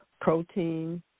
protein